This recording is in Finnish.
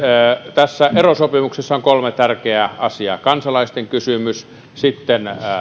tässä erosopimuksessa on kolme tärkeää asiaa kansalaisten kysymys